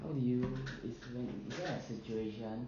how did you is when is that a situation